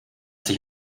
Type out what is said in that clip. sich